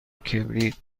کبریت